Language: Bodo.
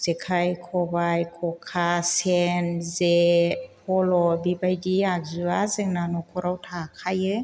जेखाइ खबाइ ख'खा सेन जे फल' बेबायदि आगजुआ जोंना न'खराव थाखायो